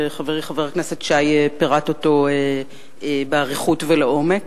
וחברי חבר הכנסת שי פירט אותו באריכות ולעומק.